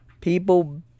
People